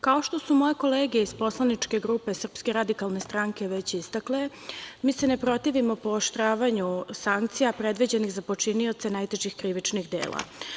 Kao što su moje kolege iz poslaničke grupe SRS već istakle, mi se ne protivimo pooštravanju sankcija predviđenih za počinioce najtežih krivičnih dela.